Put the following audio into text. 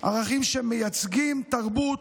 ערכים שמייצגים תרבות,